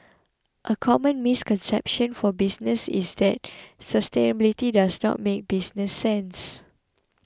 a common misconception for business is that sustainability does not make business sense